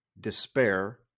despair